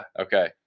Okay